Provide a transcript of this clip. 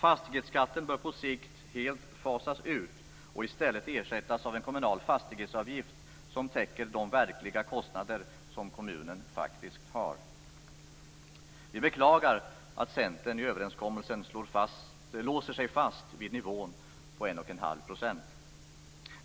Fastighetsskatten bör på sikt helt fasas ut och i stället ersättas av en kommunal fastighetsavgift som täcker de verkliga kostnader som kommunen har. Vi beklagar att Centern i överenskommelsen låst fast sig vid nivån 1,5 %.